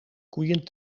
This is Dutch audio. koeien